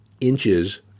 inches